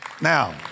Now